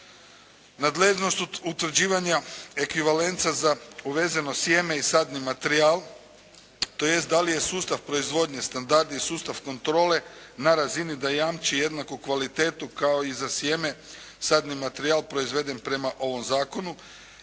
Nadležnost utvrđivanja ekvivalenca za uvezeno sjeme i sadni materijal, tj. da li je sustav proizvodnje, standard i sustav kontrole na razini da jamči jednaku kvalitetu kao i sjeme sadni materijal proizveden prema ovom Zakonu